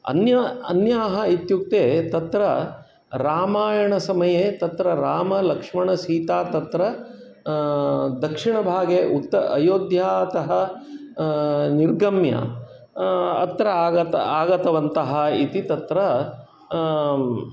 अन्य अन्याः इत्युक्ते तत्र रामायणसमये तत्र रामलक्ष्मणसीताः तत्र दक्षिणभागे उत अयोध्यातः निर्गम्य अत्र आगत आगतवन्तः इति तत्र